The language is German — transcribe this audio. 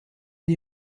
die